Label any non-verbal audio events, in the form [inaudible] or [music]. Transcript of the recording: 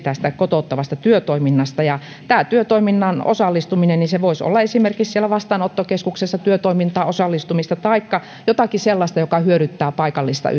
kotouttavasta työtoiminnasta työtoimintaan osallistuminen voisi olla esimerkiksi vastaanottokeskuksessa työtoimintaan osallistumista taikka jotakin sellaista joka hyödyttää paikallista [unintelligible]